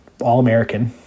All-American